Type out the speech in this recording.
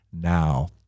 now